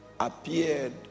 appeared